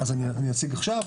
אני אציג עכשיו.